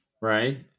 right